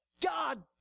God